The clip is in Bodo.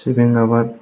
सिबिं आबाद